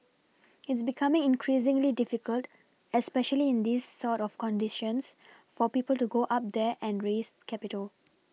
it's becoming increasingly difficult especially in these sort of conditions for people to go up there and raise capital